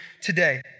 today